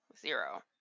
zero